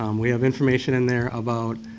um we have information and there about